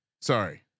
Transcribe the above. Sorry